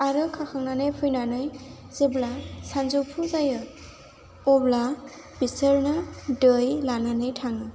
आरो खाखांनानै फैनानै जेब्ला सानजौफु जायो अब्ला बिसोरनो दै लानानै थाङो